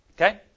okay